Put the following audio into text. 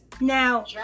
Now